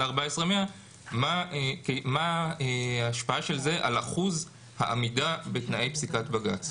ל-14,100 מה ההשפעה של זה על אחוז העמידה בתנאי פסיקת בג"צ.